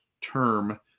term